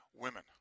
women